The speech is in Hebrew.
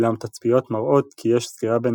אולם תצפיות מראות כי יש סתירה בין